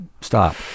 stop